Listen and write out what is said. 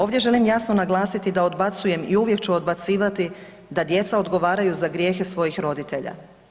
Ovdje želim jasno naglasiti da odbacujem i uvijek ću odbacivati da djeca odgovaraju za grijehe svojih roditelja.